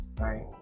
right